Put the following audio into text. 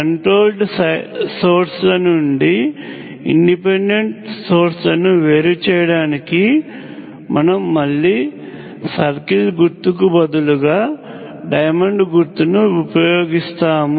controlled source ల నుండి independent source లను వేరు చేయడానికి మనం మళ్లీ సర్కిల్ గుర్తుకు బదులుగా డైమండ్ గుర్తును ఉపయోగిస్తాము